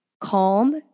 calm